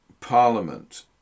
Parliament